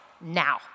now